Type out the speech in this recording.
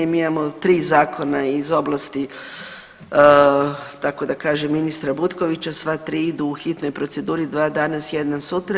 Mi imamo 3 zakona iz oblasti, tako da kažem ministra Butkovića, sva 3 idu u hitnoj proceduri, dva danas, jedan sutra.